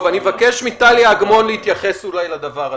אני מבקש מטליה אגמון, להתייחס לדבר הזה.